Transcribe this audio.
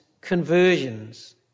conversions